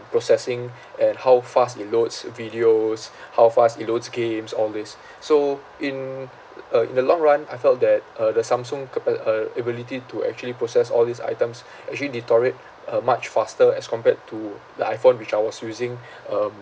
processing and how fast it loads videos how fast it loads games all these so in uh in the long run I felt that uh the samsung capa~ uh ability to actually process all these items actually deteriorate uh much faster as compared to the iphone which I was using um